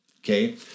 Okay